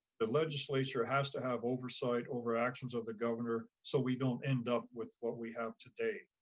the legislature has to have oversight over actions of the governor, so we don't end up with what we have today.